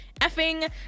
effing